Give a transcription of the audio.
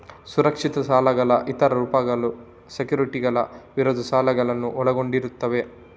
ಸುರಕ್ಷಿತ ಸಾಲಗಳ ಇತರ ರೂಪಗಳು ಸೆಕ್ಯುರಿಟಿಗಳ ವಿರುದ್ಧ ಸಾಲಗಳನ್ನು ಒಳಗೊಂಡಿರುತ್ತವೆ